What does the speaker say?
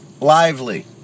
Lively